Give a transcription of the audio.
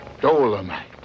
Dolomite